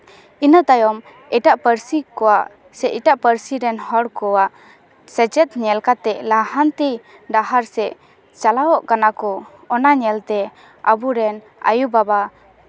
ᱤᱱᱟᱹ ᱛᱟᱭᱚᱢ ᱮᱴᱟᱜ ᱯᱟᱹᱨᱥᱤ ᱠᱚᱣᱟᱜ ᱥᱮ ᱮᱴᱟᱜ ᱯᱟᱹᱨᱥᱤ ᱨᱮᱱ ᱦᱚᱲ ᱠᱚᱣᱟᱜ ᱥᱮᱪᱮᱫ ᱧᱮᱞ ᱠᱟᱛᱮ ᱞᱟᱦᱟᱱᱛᱤ ᱰᱟᱦᱟᱨ ᱥᱮᱜ ᱪᱟᱞᱟᱣᱚᱜ ᱠᱟᱱᱟ ᱠᱚ ᱚᱱᱟ ᱧᱮᱞᱛᱮ ᱟᱵᱚ ᱨᱮᱱ ᱟᱭᱳᱼᱵᱟᱵᱟ